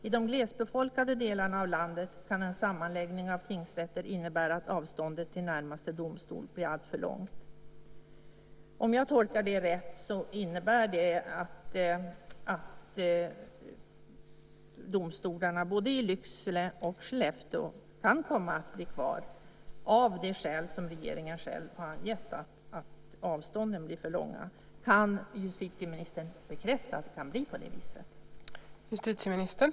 I de glesbefolkade delarna av landet kan en sammanläggning av tingsrätter innebära att avståendet till närmaste domstol blir alltför långt. Om jag tolkar det rätt innebär det att domstolarna både i Lycksele och i Skellefteå kan komma att bli kvar av det skäl som regeringen själv har angett, nämligen att avstånden blir för långa. Kan justitieministern bekräfta att det kan bli på det viset?